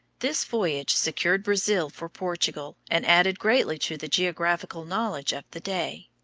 this voyage secured brazil for portugal, and added greatly to the geographical knowledge of the day.